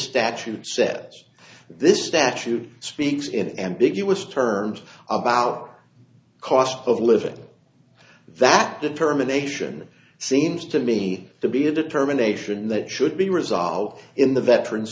statute says this statute speaks in ambiguous terms about cost of living that determination seems to me to be a determination that should be resolved in the veterans